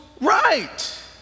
right